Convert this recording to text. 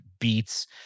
beats